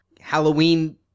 halloween